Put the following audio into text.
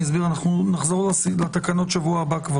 נחזור לתקנות בשבוע הבא.